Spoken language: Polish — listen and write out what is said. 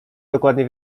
dokładnie